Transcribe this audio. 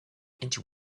into